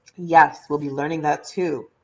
yes, we'll be learning that too.